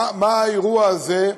מה האירוע הזה,